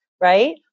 right